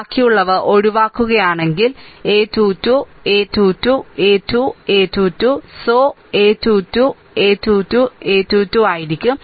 ബാക്കിയുള്ളവ ഒഴിവാക്കുകയാണെങ്കിൽ a 2 2 a 2 2 a 2 2 a 2 2 so a 2 2 a 2 2 a 2 2 a 2 2 ആയിരിക്കും